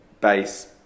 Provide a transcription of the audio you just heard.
base